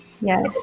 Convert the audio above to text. yes